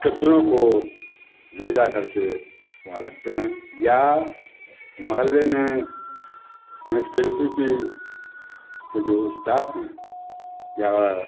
कचरों को ले जाकर के वहाँ रखते हैं या मोहल्ले में मुंसपिलटी की के जो इस्टाफ हैं या